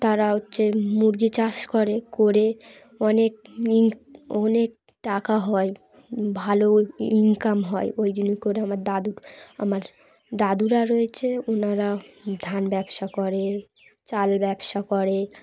তারা হচ্ছে মুরগি চাষ করে করে অনেক ইনক অনেক টাকা হয় ভালো ইনকাম হয় ওই জন্যই করে আমার দাদুর আমার দাদুরা রয়েছে ওনারা ধান ব্যবসা করে চাল ব্যবসা করে